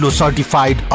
certified